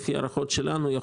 לפי הערכות שלנו,